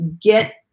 get